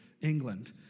England